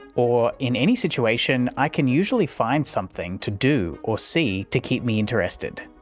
or in any situation i can usually find something to do or see to keep me interested.